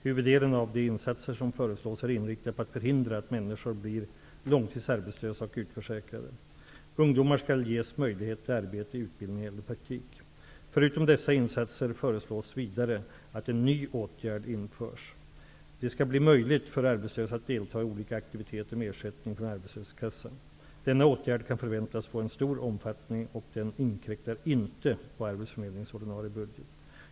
Huvuddelen av de insatser som föreslås är inriktade på att förhindra att människor blir långtidsarbetslösa och utförsäkrade. Ungdomar skall ges möjlighet till arbete, utbildning eller praktik. Förutom dessa insatser föreslås vidare att en ny åtgärd vidtas. Det skall bli möjligt för arbetslösa att delta i olika aktiviteter med ersättning från arbetslöshetskassan. Denna åtgärd kan förväntas få en stor omfattning och den inkräktar inte på arbetsförmedlingens ordinarie budget.